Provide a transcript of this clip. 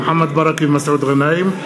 מוחמד ברכה ומסעוד גנאים.